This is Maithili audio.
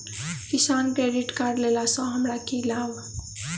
किसान क्रेडिट कार्ड लेला सऽ हमरा की लाभ?